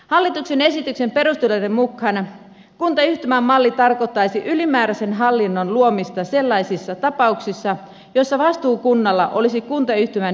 hallituksen esityksen perusteluiden mukaan kuntayhtymämalli tarkoittaisi ylimääräisen hallinnon luomista sellaisissa tapauksissa joissa vastuukunnalla olisi kuntayhtymässä enemmistö äänivallasta